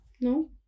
no